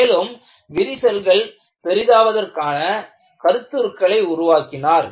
மேலும் விரிசல்கள் பெரிதாவதற்கான கருத்துருக்களை உருவாக்கினார்